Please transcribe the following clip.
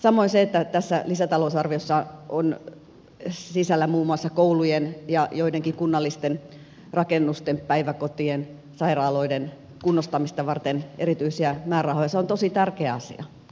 samoin se että tässä lisätalousarviossa on sisällä muun muassa koulujen ja joidenkin kunnallisten rakennusten päiväkotien sairaaloiden kunnostamista varten erityisiä määrärahoja on tosi tärkeä asia